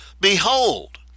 Behold